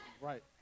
right